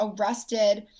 arrested